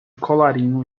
colarinho